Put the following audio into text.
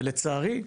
ולצערי,